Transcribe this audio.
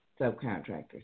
subcontractors